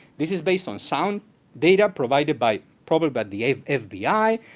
this is based on sound data provided by probably by the fbi,